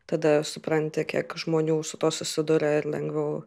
tada supranti kiek žmonių su tuo susiduria ir lengviau